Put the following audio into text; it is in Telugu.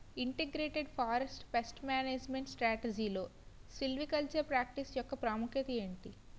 ఇంటిగ్రేటెడ్ ఫారెస్ట్ పేస్ట్ మేనేజ్మెంట్ స్ట్రాటజీలో సిల్వికల్చరల్ ప్రాక్టీస్ యెక్క ప్రాముఖ్యత ఏమిటి??